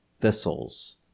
thistles